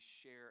share